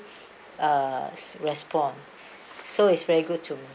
uh respond so it's very good too